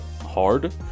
hard